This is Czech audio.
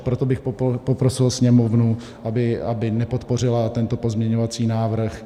Proto bych poprosil Sněmovnu, aby nepodpořila tento pozměňovací návrh.